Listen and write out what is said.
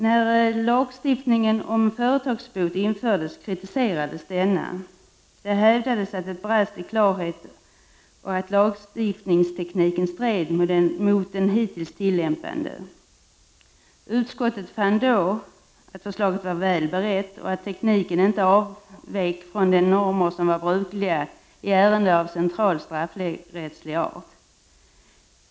När lagstiftningen om företagsbot infördes kritiserades den. Det hävdades att den brast i klarhet och att lagstiftningstekniken stred mot den hittills tilllämpade. Utskottet fann då att förslaget var väl berett och att tekniken inte avvek från de normer som var brukliga i ärenden av central straffrättslig art.